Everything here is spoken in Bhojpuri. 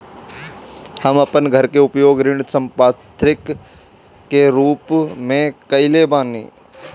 हम अपन घर के उपयोग ऋण संपार्श्विक के रूप में कईले बानी